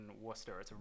Worcester